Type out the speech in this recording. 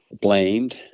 blamed